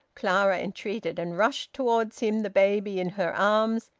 clara entreated, and rushed towards him, the baby in her arms,